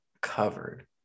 covered